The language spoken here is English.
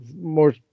more